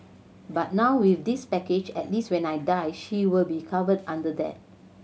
but now with this package at least when I die she will be covered under that